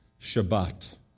Shabbat